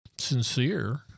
sincere